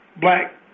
black